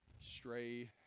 Stray